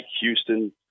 Houston